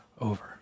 over